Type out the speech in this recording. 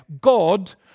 God